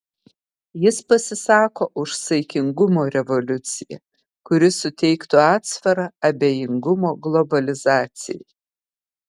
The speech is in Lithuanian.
jis pasisako už saikingumo revoliuciją kuri suteiktų atsvarą abejingumo globalizacijai